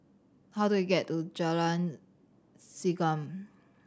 how do I get to Jalan Segam